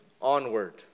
onward